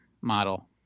model